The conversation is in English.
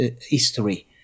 History